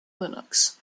linux